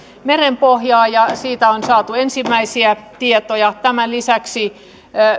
merenpohjaa ja siitä on saatu ensimmäisiä tietoja tämän lisäksi